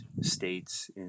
states